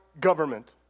government